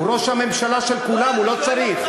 הוא ראש הממשלה של כולם, הוא לא צריך.